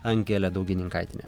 angelė daugininkaitienė